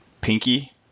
Pinky